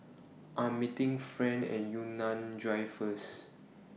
I Am meeting Fran At Yunnan Drive First